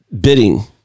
Bidding